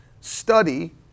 study